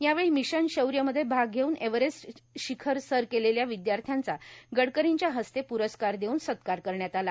यावेळी मिशन शौर्यमध्ये भाग घेऊन एव्हरेस्ट शिखर सर केलेल्या विद्यार्थ्यांचा गडकरीच्या हस्ते पुरस्कार देऊन सत्कार करण्यात आला